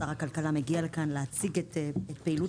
שר הכלכלה מגיע לכאן להציג את פעילות